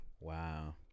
Wow